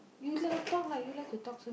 you talk lah you like to talk so